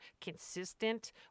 consistent